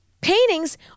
paintings